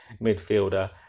midfielder